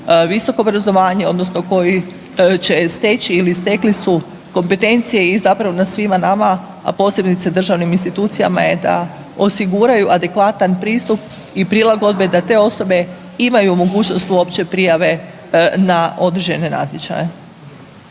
visoko obrazovanje odnosno koji će steći ili stekli su kompetencije i zapravo na svima nama, a posebice državnim institucijama je da osiguraju adekvatan pristup i prilagodbe da te osobe imaju mogućnost uopće prijave na određene natječaje.